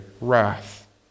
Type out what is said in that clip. wrath